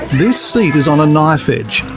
this seat is on a knife-edge.